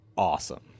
Awesome